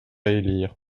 élire